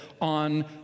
on